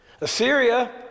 Assyria